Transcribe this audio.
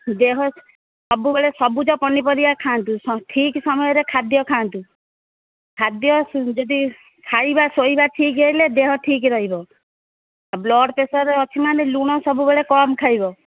ଦେହ ସବୁବେଳେ ସବୁଜ ପନିପରିବା ଖାଆନ୍ତୁ ଠିକ୍ ସମୟରେ ଖାଦ୍ୟ ଖାଆନ୍ତୁ ଖାଦ୍ୟ ଯଦି ଖାଇବା ଶୋଇବା ଠିକ୍ ହେଲେ ଦେହ ଠିକ୍ ରହିବ ବ୍ଲଡ୍ ପ୍ରେସର୍ ଅଛି ମାନେ ଲୁଣ ସବୁବେଳେ କମ ଖାଇବ